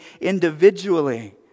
individually